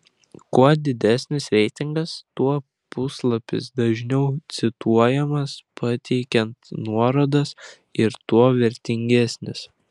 kuo didesnis reitingas tuo puslapis dažniau cituojamas pateikiant nuorodas ir tuo vertingesnis